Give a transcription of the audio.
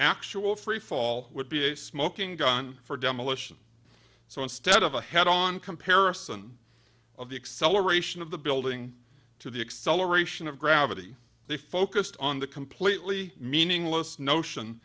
actual freefall would be a smoking gun for demolition so instead of a head on comparison of the acceleration of the building to the acceleration of gravity they focused on the completely meaningless notion